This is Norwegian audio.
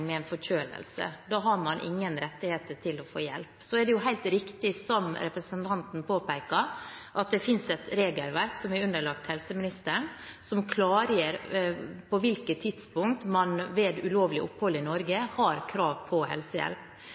med en forkjølelse. Da har man ingen rettigheter til å få hjelp. Så er det helt riktig som representanten påpeker, at det finnes et regelverk som er underlagt helseministeren, som klargjør på hvilket tidspunkt man ved ulovlig opphold i Norge har krav på helsehjelp.